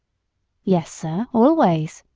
yes, sir, always.